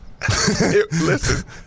listen